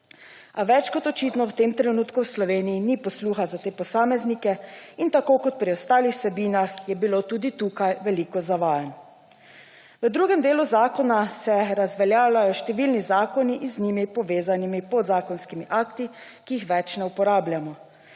A več kot očitno v tem trenutku v Sloveniji ni posluha za te posameznike in, tako kot pri ostalih vsebinah, je bilo tudi tukaj veliko zavajanj. V drugem delu zakona se razveljavljajo številni zakoni in z njimi povezani podzakonski akti, ki jih več ne uporabljamo.